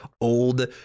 old –